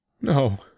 No